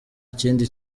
kindi